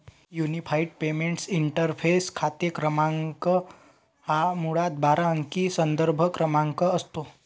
unified payments interface खाते क्रमांक हा मुळात बारा अंकी संदर्भ क्रमांक असतो